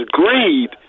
greed